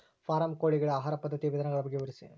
Form ಕೋಳಿಗಳ ಆಹಾರ ಪದ್ಧತಿಯ ವಿಧಾನಗಳ ಬಗ್ಗೆ ವಿವರಿಸಿ?